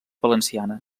valenciana